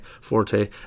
forte